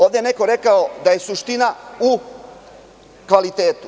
Ovde je neko rekao da je suština u kvalitetu.